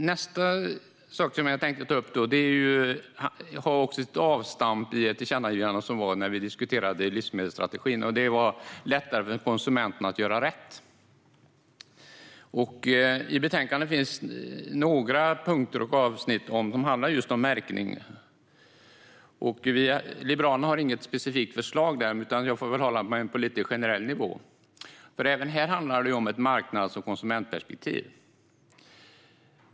Nästa sak som jag tänkte ta upp tar också avstamp i ett tillkännagivande som vi behandlade i samband med att vi diskuterade livsmedelsstrategin, nämligen att det ska bli lättare för konsumenterna att göra rätt. I betänkandet finns några avsnitt som handlar om märkning. Liberalerna har inget specifikt förslag där, utan jag får hålla mig på en generell nivå. Även här handlar det om ett marknads och konsumentperspektiv.